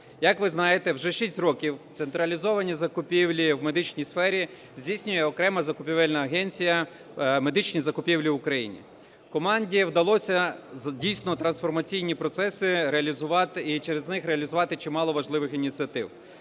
Як визнаєте, вже шість років централізовані закупівлі в медичній сфері здійснює окрема закупівельна агенція "Медичні закупівлі України". Команді вдалося дійсно трансформаційні процеси реалізувати і через них реалізувати чимало важливих ініціатив.